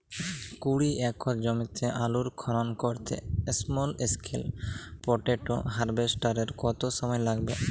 কুড়ি একর জমিতে আলুর খনন করতে স্মল স্কেল পটেটো হারভেস্টারের কত সময় লাগবে?